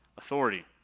authority